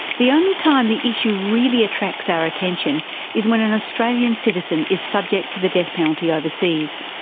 the only time the issue really attracts our attention is when an australian citizen is subject to the death penalty overseas.